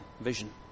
vision